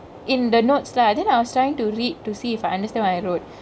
in the notes right then I was tryingk to read to see if I understand I wrote